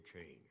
change